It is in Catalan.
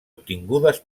obtingudes